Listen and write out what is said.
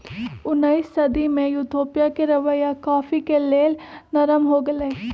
उनइस सदी में इथोपिया के रवैया कॉफ़ी के लेल नरम हो गेलइ